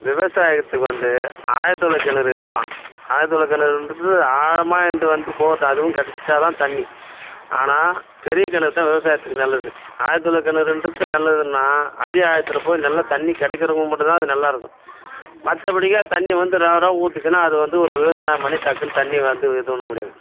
விவசாயத்துக்கு வந்து ஆழ்துளைக்கிணறு இருக்கலாம் ஆழ்துளைக்கிணறுன்றது ஆழமாக இருந்து வந்து போடுறது அதுவும் கிடைச்சிட்டாதான் தண்ணி ஆனால் பெரிய கிணறுதான் விவசாயத்துக்கு நல்லது ஆழ்துளைக்கிணறுன்றது நல்லதுன்னால் அடி ஆழத்தில் போய் நல்ல தண்ணி கிடைக்கிறவங்களுக்கு மட்டும்தான் அது நல்லாயிருக்கும் மற்றபடிக்கா தண்ணி வந்து ரவை ரவை ஊற்றுச்சின்னா அது வந்து ஒரு விவசாயம் பண்ணி டக்குன்னு தண்ணியை வந்து இது பண்ண முடியாது